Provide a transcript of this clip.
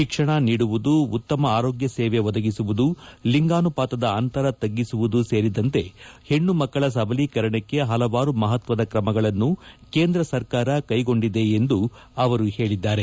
ಶಿಕ್ಷಣ ನೀಡುವುದು ಉತ್ತಮ ಆರೋಗ್ಯ ಸೇವೆ ಒದಗಿಸುವುದು ಲಿಂಗಾನುಪಾತದ ಅಂತರ ತ್ಗಿಸುವುದು ಸೇರಿದಂತೆ ಪೇಣ್ಣಮಕ್ಕಳ ಸಬಲೀಕರಣಕ್ಕೆ ಪಲವಾರು ಮಪತ್ವದ ಕ್ರಮಗಳನ್ನು ಕೇಂದ್ರ ಸರ್ಕಾರ ಕೈಗೊಂಡಿದೆ ಎಂದು ಅವರು ಪೇಳದ್ದಾರೆ